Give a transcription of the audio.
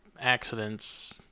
accidents